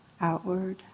outward